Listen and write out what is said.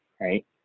right